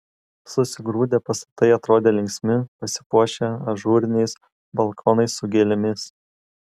susigrūdę pastatai atrodė linksmi pasipuošę ažūriniais balkonais su gėlėmis